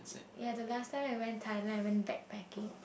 ya the last time I went Thailand I went backpacking